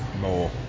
More